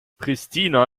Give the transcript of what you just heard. pristina